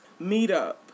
meetup